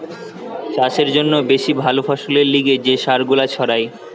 চাষের জন্যে বেশি ভালো ফসলের লিগে যে সার গুলা ছড়ায়